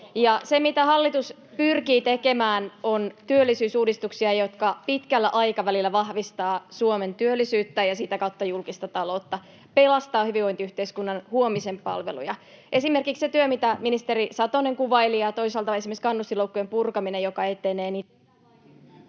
Se, mitä hallitus pyrkii tekemään, on työllisyysuudistuksia, jotka pitkällä aikavälillä vahvistavat Suomen työllisyyttä ja sitä kautta julkista taloutta — pelastaa hyvinvointiyhteiskunnan huomisen palveluja. Esimerkiksi se työ, mitä ministeri Satonen kuvaili, ja toisaalta esimerkiksi kannustinloukkujen purkaminen, joka etenee,